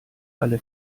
alle